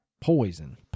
poison